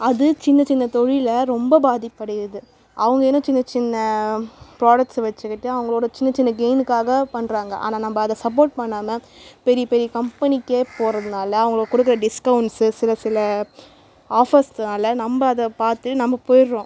அது சின்னச்சின்ன தொழிலை ரொம்ப பாதிப்படையுது அவங்களும் சின்னச்சின்ன ப்ராடக்ட்ஸ்ஸை வச்சிக்கிட்டு அவங்களோட சின்னச்சின்ன கெயினுக்காக பண்ணுறாங்க ஆனால் நம்ம அதை சப்போர்ட் பண்ணாமல் பெரிய பெரிய கம்பெனிக்கே போகிறதுனால அவங்க கொடுக்குற டிஸ்கவுண்ட்ஸ்ஸு சில சில ஆஃபர்ஸ்னால் நம்ம அதை பார்த்து நம்ம போயிடுறோம்